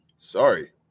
Sorry